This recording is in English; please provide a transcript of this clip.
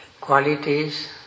qualities